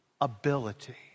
ability